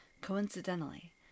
Coincidentally